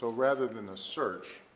ah rather than a search,